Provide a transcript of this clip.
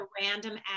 random